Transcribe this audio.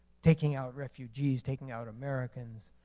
taking out refugees, taking out americans,